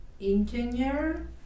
engineer